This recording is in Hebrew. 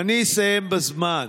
אני אסיים בזמן.